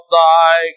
thy